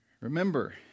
Remember